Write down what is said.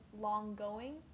long-going